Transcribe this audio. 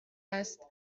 هست